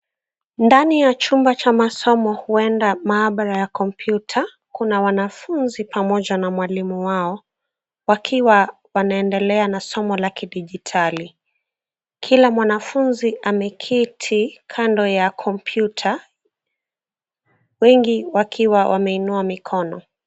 Ndani ya chumba cha masomo huenda maabara ya kompyuta kuna wanafunzi pamoja na mwalimu wao wakiwa wanaendelea na somo la kidijitali. Kila mwanafunzi ameketi kando ya kompyuta, wengi wakiwa wameinua mikono.